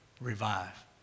revive